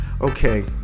Okay